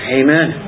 amen